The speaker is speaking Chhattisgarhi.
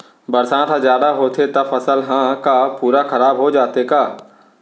बरसात ह जादा होथे त फसल ह का पूरा खराब हो जाथे का?